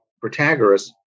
Protagoras